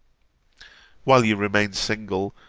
while you remain single,